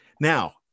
Now